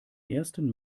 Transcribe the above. ersten